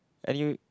anyway